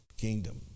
kingdom